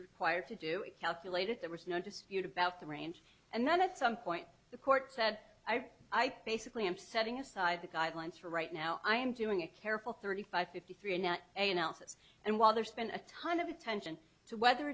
required to do it calculated there was no dispute about the range and then at some point the court said i i basically am setting aside the guidelines for right now i am doing a careful thirty five fifty three now and elsa's and while there's been a ton of attention to whether